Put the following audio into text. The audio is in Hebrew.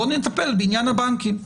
בואו נטפל בעניין הבנקים.